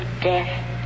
death